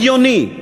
לא הגיוני,